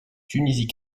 tunisie